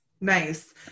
nice